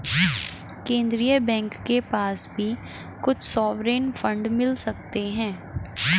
केन्द्रीय बैंक के पास भी कुछ सॉवरेन फंड मिल सकते हैं